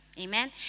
Amen